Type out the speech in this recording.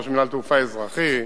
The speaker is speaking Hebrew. ראש מינהל התעופה האזרחית,